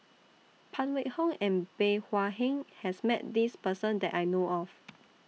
Phan Wait Hong and Bey Hua Heng has Met This Person that I know of